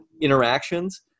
interactions